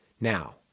Now